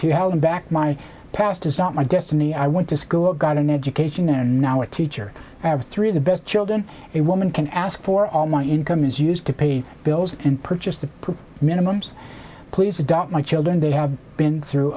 to hell and back my past is not my destiny i went to school got an education and now a teacher have three of the best children and woman can ask for all my income is used to pay bills and purchase the minimum so please adopt my children they have been through